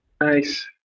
Nice